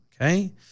Okay